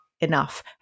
enough